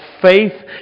faith